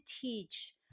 teach